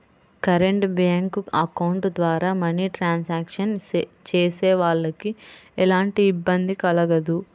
current bank account ద్వారా money transactions చేసేవాళ్ళకి ఎలాంటి ఇబ్బంది కలగదు